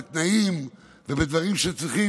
בתנאים ובדברים שצריכים,